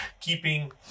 keeping